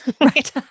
right